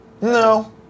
No